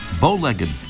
bow-legged